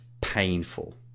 painful